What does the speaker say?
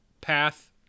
path